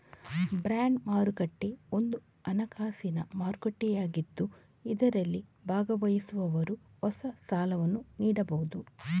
bond ಮಾರುಕಟ್ಟೆ ಒಂದು ಹಣಕಾಸಿನ ಮಾರುಕಟ್ಟೆಯಾಗಿದ್ದು ಇದರಲ್ಲಿ ಭಾಗವಹಿಸುವವರು ಹೊಸ ಸಾಲವನ್ನು ನೀಡಬಹುದು